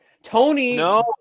Tony